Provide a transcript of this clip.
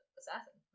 assassin